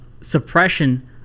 suppression